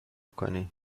کنی